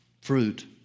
fruit